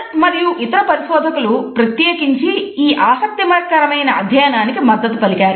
fuller మరియు ఇతర పరిశోధకులు ప్రత్యేకించి ఈ ఆసక్తికరమైన అధ్యయనానికి మద్దతు కలిగారు